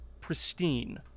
pristine